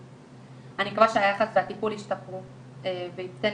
אני מקווה שהיחס והטיפול ישתפרו וזה ייתן